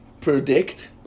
predict